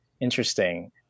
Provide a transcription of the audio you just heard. interesting